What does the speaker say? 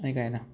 आनी कांय ना